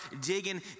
digging